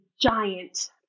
giant